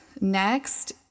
Next